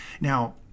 now